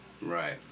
Right